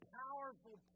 powerful